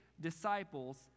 disciples